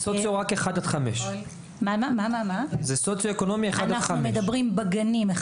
כמה מקרים יש